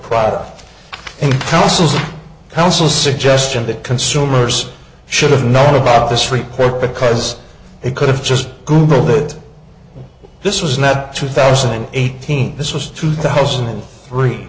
product and this is the council suggestion that consumers should've known about this report because it could have just googled it this was not two thousand and eighteen this was two thousand and three